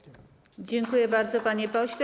Dziękuję bardzo, panie pośle.